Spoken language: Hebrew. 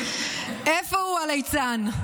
איפה הוא, הליצן?